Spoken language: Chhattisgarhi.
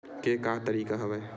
के का तरीका हवय?